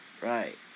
right